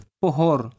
pohor